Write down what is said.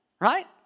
Right